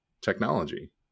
technology